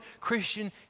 Christian